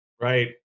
Right